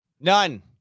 none